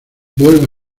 vuelvo